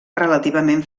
relativament